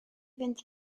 fynd